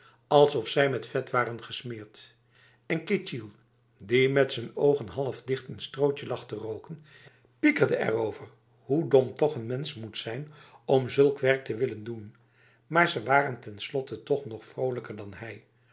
alsof zij met vet waren gesmeerd en ketjil die met z'n ogen half dicht n strootje lag te roken pikirde erover hoe dom toch n mens moet zijn om zulk werk te willen doen maar ze waren tenslotte toch nog vrolijker dan hij